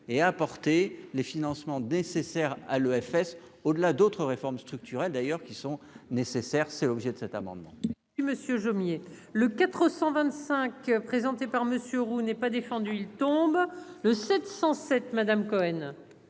et à apporter les financements des sert à l'EFS au-delà d'autres réformes structurelles d'ailleurs qui sont nécessaires, c'est obligé de cet amendement.